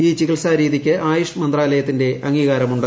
ഈ ചികിത്സാ രീതിക്ക് ആയുഷ് മന്ത്രാലയത്തിന്റെ അംഗീകാരം ഉണ്ട്